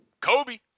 Kobe